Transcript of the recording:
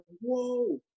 whoa